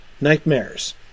Nightmares